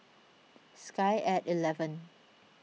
sky at eleven